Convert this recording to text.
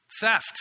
Theft